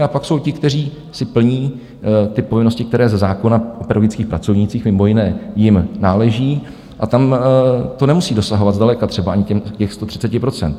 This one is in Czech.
A pak jsou ti, kteří si plní ty povinnosti, které ze zákona o pedagogických pracovnících mimo jiné jim náleží, a tam to nemusí dosahovat zdaleka třeba ani těch 130 %.